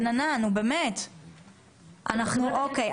אוקי,